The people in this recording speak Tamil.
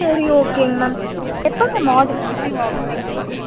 சரி ஓகேங்க மேம் எப்போ மேம் ஆட்ரு ரிசீவ் ஆகும் எங்களுக்கு